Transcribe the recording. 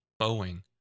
Boeing